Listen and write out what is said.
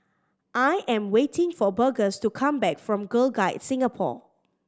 I am waiting for Burgess to come back from Girl Guides Singapore